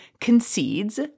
concedes